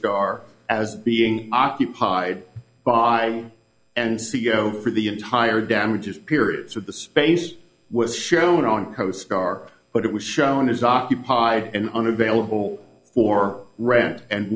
costar as being occupied by an seo for the entire damages periods of the space was shown on costar but it was shown is occupied and unavailable for rent and